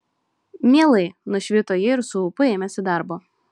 mielai nušvito ji ir su ūpu ėmėsi darbo